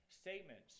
statements